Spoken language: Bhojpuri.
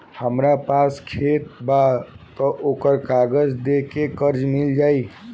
हमरा पास खेत बा त ओकर कागज दे के कर्जा मिल जाई?